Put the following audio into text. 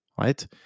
right